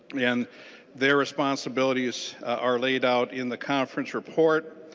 yeah and their responsibilities are laid out in the conference report.